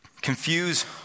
Confuse